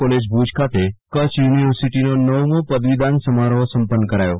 college Bhuj ખાતે કચ્છ યુનિવર્સિટીનો નવમો પદવીદાન સમારોહ સંપન્ન કરાયો